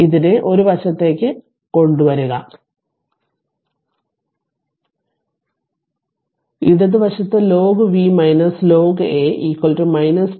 ഇതിനെ ഈ വശത്തേക്ക് കൊണ്ടുവരിക ഇടത് വശത്ത് ln V ln A t RC